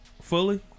fully